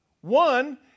One